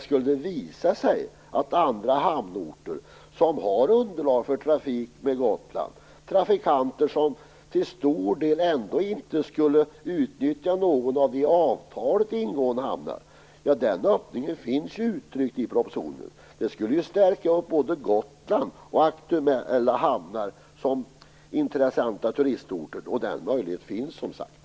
Skulle det visa sig att andra hamnorter har underlag för trafik med Gotland, och trafikanter som ändå till stor del ändå inte skulle utnyttja de hamnar som ingår i avtalet, skulle detta stärka både Gotland och de aktuella hamnarna som intressanta turistorter. Den möjligheten finns i propositionen.